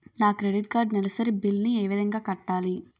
నా credit card నెలసరి bill ని ఏ విధంగా కట్టాలి?